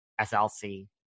SLC